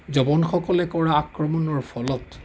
জবনসকলে কৰা আক্ৰমনৰ ফলত